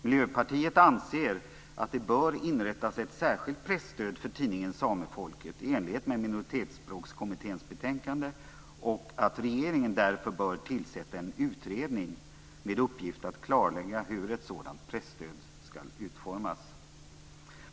Miljöpartiet anser att det bör inrättas ett särskilt presstöd för tidningen Samefolket i enlighet med Minoritetsspråkskommitténs betänkande och att regeringen därför bör tillsätta en utredning med uppgift att klarlägga hur ett sådant presstöd ska utformas.